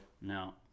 no